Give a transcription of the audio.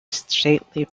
stately